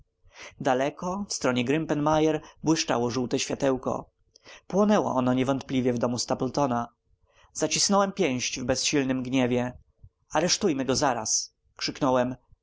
daleko w stronie grimpen mire błyszczało żółte światełko płonęło ono niewątpliwie w domu stapletona zacisnąłem pięść w bezsilnym gniewie aresztujmy go zaraz krzyknąłem